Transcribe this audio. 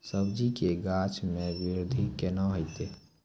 सब्जी के गाछ मे बृद्धि कैना होतै?